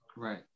right